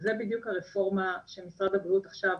וזאת בדיוק הרפורמה של משרד הבריאות עכשיו,